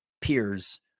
peers